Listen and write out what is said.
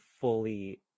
fully